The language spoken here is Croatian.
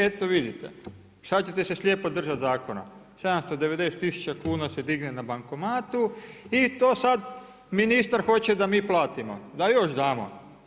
Eto vidite, šta ćete se slijepo držati zakona, 790 tisuća kuna se digne na bankomatu i to sad ministar hoće da mi platimo, da još damo.